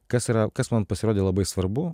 kas yra kas man pasirodė labai svarbu